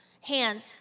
hands